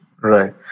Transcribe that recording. Right